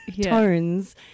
tones